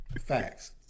Facts